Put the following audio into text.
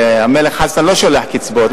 והמלך חסן לא שולח קצבאות,